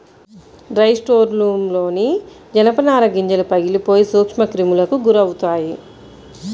dry స్టోర్రూమ్లోని జనపనార గింజలు పగిలిపోయి సూక్ష్మక్రిములకు గురవుతాయి